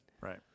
Right